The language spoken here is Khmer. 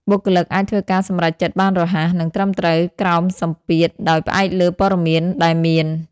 បុគ្គលិកអាចធ្វើការសម្រេចចិត្តបានរហ័ស និងត្រឹមត្រូវក្រោមសម្ពាធ ដោយផ្អែកលើព័ត៌មានដែលមាន។